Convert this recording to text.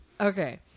Okay